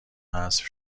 حذف